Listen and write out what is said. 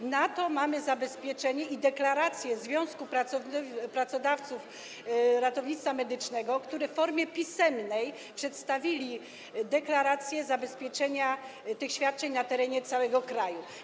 Mamy na to zabezpieczenie, deklarację Związku Pracodawców Ratownictwa Medycznego, który w formie pisemnej przedstawił deklarację zabezpieczenia tych świadczeń na terenie całego kraju.